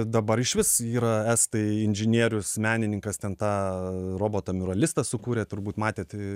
dabar išvis yra estai inžinierius menininkas ten tą robotą miuralistą sukūrė turbūt matėt